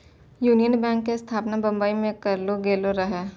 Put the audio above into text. union Bank के स्थापना बंबई मे करलो गेलो रहै